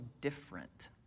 different